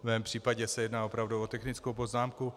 V mém případě se jedná opravdu o technickou poznámku.